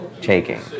taking